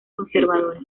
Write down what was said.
conservadora